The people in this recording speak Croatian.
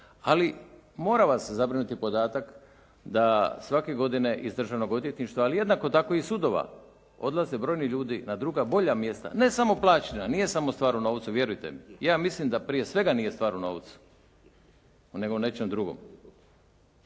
Ali mora vas zabrinuti podatak da svake godine iz Državnog odvjetništva ali jednako tako i sudova, odlaze brojni ljudi na druga bolja mjesta, ne samo plaćena, nije samo stvar u novcu vjerujte mi, ja mislim da prije svega nije stvar u novcu nego u nečem drugom.